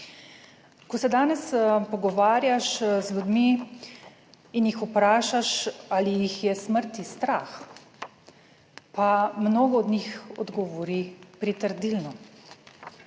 Ko se danes pogovarjaš z ljudmi in jih vprašaš, ali jih je smrti strah, pa mnogo od njih odgovori pritrdilno.